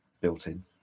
built-in